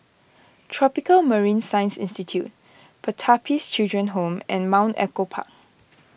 Tropical Marine Science Institute Pertapis Children Home and Mount Echo Park